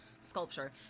sculpture